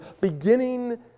beginning